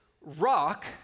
rock